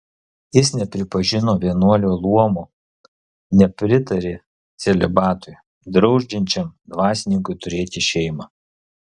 jis nepripažino vienuolių luomo nepritarė celibatui draudžiančiam dvasininkui turėti šeimą